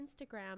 Instagram